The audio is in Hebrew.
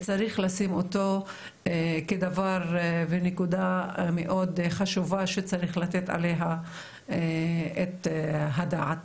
צריך לשים אותו כדבר ונקודה מאוד חשובה שצריך לתת עליה את הדעת.